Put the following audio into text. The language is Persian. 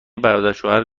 برادرشوهر